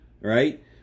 right